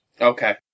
Okay